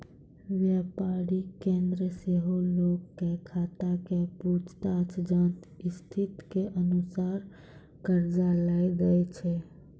व्यापारिक केन्द्र सेहो लोगो के खाता के पूछताछ जांच स्थिति के अनुसार कर्जा लै दै छै